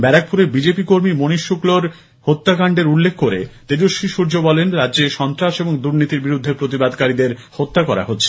ব্যারাকপুরে বিজেপি কর্মী মনীশ শুক্লার হত্যাকাণ্ডের উল্লেখ করে তেজস্বী সূর্য বলেন রাজ্যে সন্ত্রাস এবং দুর্নীতির বিরুদ্ধে প্রতিবাদকারীদের হত্যা করা হচ্ছে